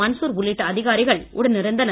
மன்சூர் உள்ளிட்ட அதிகாரிகள் உடனிருந்தனர்